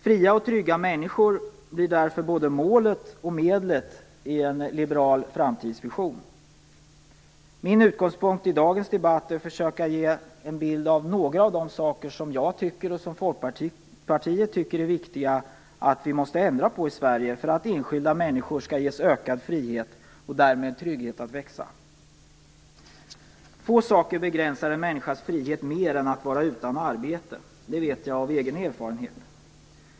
Fria och trygga människor blir därför både målet och medlet i en liberal framtidsvision. Min utgångspunkt i dagens debatt är att försöka att ge min och Folkpartiets bild av några saker som vi anser måste ändras i Sverige för att enskilda människor skall ges ökad frihet och därmed trygghet att växa. Få saker begränsar en människas frihet mer än att vara utan arbete, det vet jag av egen erfarenhet.